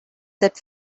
that